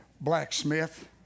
blacksmith